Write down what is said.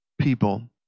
people